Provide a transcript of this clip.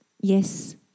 yes